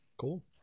Cool